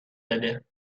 بده